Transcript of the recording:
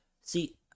see